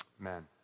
Amen